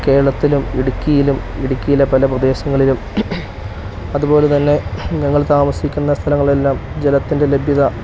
കേരളത്തിലും ഇടുക്കിയിലും ഇടുക്കിയിലെ പല പ്രദേശങ്ങളിലും അതുപോലെ തന്നെ ഞങ്ങൾ താമസിക്കുന്ന സ്ഥലങ്ങൾ എല്ലാം ജലത്തിൻ്റെ ലഭ്യത